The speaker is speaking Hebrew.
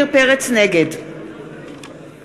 נגד